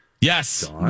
Yes